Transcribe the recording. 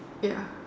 ya